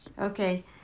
okay